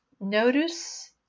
Notice